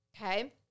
Okay